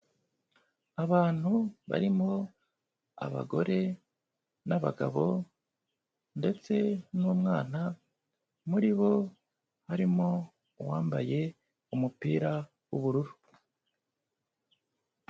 Abantu barimo abagore n'abagabo ndetse n'umwana, muri bo harimo uwambaye umupira w'ubururu.